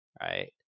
right